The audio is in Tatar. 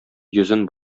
йөзен